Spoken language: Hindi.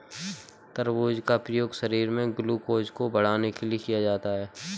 तरबूज का प्रयोग शरीर में ग्लूकोज़ को बढ़ाने के लिए किया जाता है